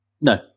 No